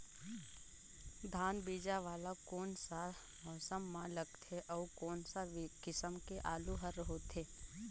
धान बीजा वाला कोन सा मौसम म लगथे अउ कोन सा किसम के आलू हर होथे?